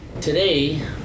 Today